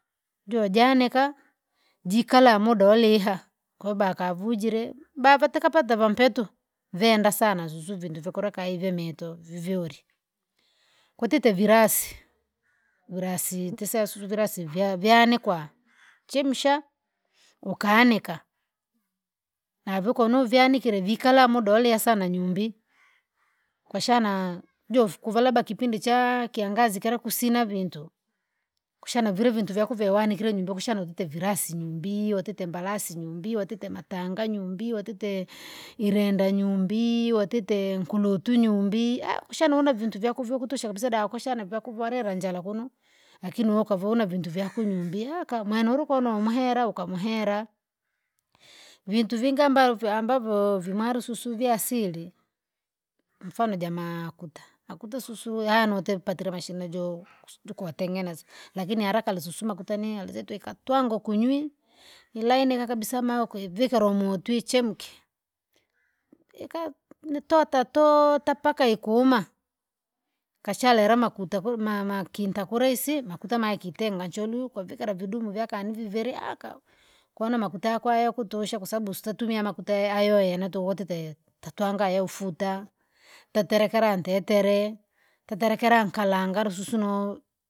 Jojanika? Jikala muda uriha, kobaka avujire bavatika kapata vampeto? Venda sana zuzu vintu vyakura kayi vyameto viviuri. Kwatite virasi, virasi tiseasusu virasi vya- vyanikwa, chemsha ukaanika, novo koo uvyanikire vikala muda ulia sana nyumbii kwashana, jofu kuvara labda kipindi chaa kiangazi kira kusina vintu. Kushana vile vintu vyaku vyowanikire nyumba kusha vyote virasi nyumbii yotite mbalasi nyumbii watite watite matanga nyumbii watite, irenda nyumbii watite nkurutu nyumbii kushana una vintu vyako vyokutosha kabisa dakushana vyakuvwalela njala kuno. Lakini woukava vintu vyako nyumbii akaa! Mweneurikono umuhera ukamuhera, vintu vingi ambavyo ambavyo vimarususu vyasili, mfano jamakuta, makuta susu yano utepatire mashine joo, kus- jotengeneza, lakini lakini haraka rususu makuta nee alizeti wikatwanga ukunywii, ilainika kabisa maa ukuivikirwa umutwi ichemke. ikani nitatoota paka ikuma? Kashara yara makuta kui- mama kinta kure isi makuta maa ikitenga ncholwi ukavikira vidumu vyakani viviri aka! Kono makuta yakwaya yakutosha kwasabu sitatumia makuta ya hayohayo yanato kwatite, ntatwanga yaufuta, ntaterekera ntetere, ntaterekera nkanga lususu nou.